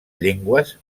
llengües